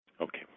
Okay